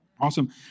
Awesome